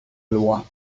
loi